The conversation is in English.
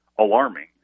alarming